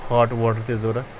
heart water تہِ ضوٚرَتھ